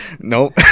nope